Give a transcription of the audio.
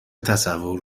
تصور